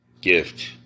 gift